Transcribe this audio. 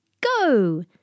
go